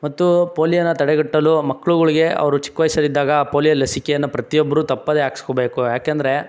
ಮತ್ತು ಪೋಲಿಯೋನ ತಡೆಗಟ್ಟಲು ಮಕ್ಳುಗಳಿಗೆ ಅವರು ಚಿಕ್ಕ ವಯಸ್ಸಲ್ಲಿದ್ದಾಗ ಪೋಲಿಯೋ ಲಸಿಕೆನ ಪ್ರತಿಯೊಬ್ಬರು ತಪ್ಪದೆ ಹಾಕ್ಸ್ಕೊಬೇಕು ಯಾಕೆಂದರೆ